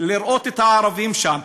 לראות את הערבים שם.